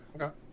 Okay